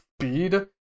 speed